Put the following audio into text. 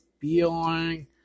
feeling